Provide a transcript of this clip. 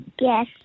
Yes